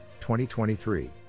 2023